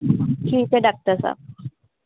ਠੀਕ ਹੈ ਡਾਕਟਰ ਸਾਹਿਬ